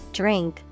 drink